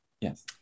yes